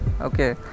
okay